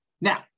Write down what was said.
Now